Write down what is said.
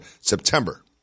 September